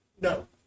No